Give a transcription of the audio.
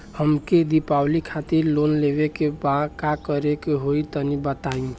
हमके दीवाली खातिर लोन लेवे के बा का करे के होई तनि बताई?